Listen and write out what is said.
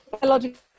biological